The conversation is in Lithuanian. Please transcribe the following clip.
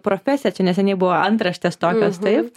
profesija čia neseniai buvo antraštės tokios taip